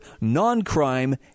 non-crime